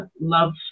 love